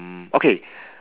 okay